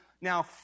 now